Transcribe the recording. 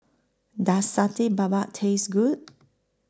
Does Satay Babat Taste Good